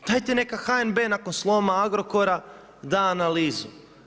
Dajte neka HNB nakon sloma Agrokora da analizu.